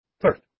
first